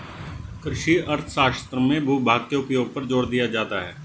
कृषि अर्थशास्त्र में भूभाग के उपयोग पर जोर दिया जाता है